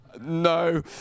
No